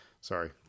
Sorry